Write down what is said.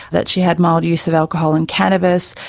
that she had mild use of alcohol and cannabis,